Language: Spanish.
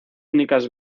únicas